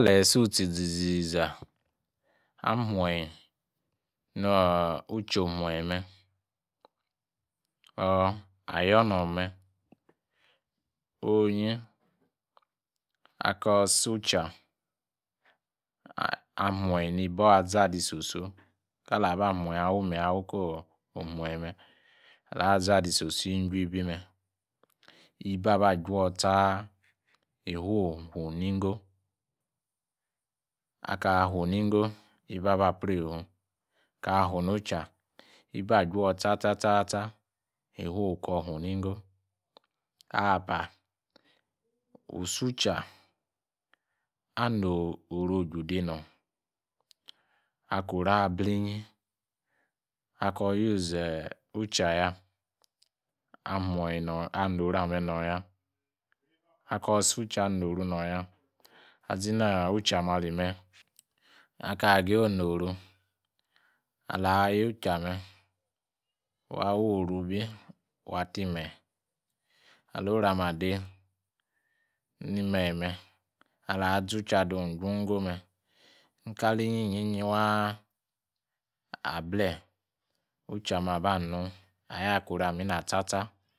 Alayi isi ucha iziza afumiyin nor ucha ofumiyinme ayonorme; onyin. akuo su ucha afumiyi waa’ zadi soso kali wee fumiyin awumayin awuko ofumayinme, alaa zadi soso gwaa injuibime ibi abaa joor tsaa'iwo afu nigo aka funigor ibior abprefu ka fu nucha ibior aju tsa- tsa fifuofu nigo. Apa. wusu anauru ojude nor akoroablinji akor use uchaya, anuroamehnoya. akor sucha anarunorga, akaaghi onoru, alaa’ wawon ameh ade ni miyinme alaa. zu. cha ajun- go me nkali inyin wa able ‘Uchame abanwu ayo ko. orameh ina tsa- tsa